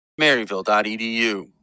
maryville.edu